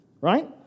right